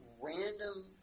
random